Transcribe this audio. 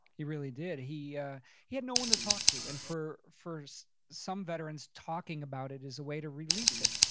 he really did. he ah he had no one to talk to. and for some veterans, talking about it is a way to release it.